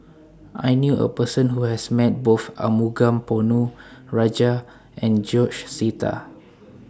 I knew A Person Who has Met Both Arumugam Ponnu Rajah and George Sita